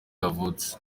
yavutse